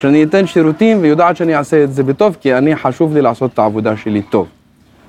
שאני אתן שירותים ויודעת שאני אעשה את זה בטוב כי אני חשוב לי לעשות את העבודה שלי טוב